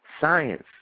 science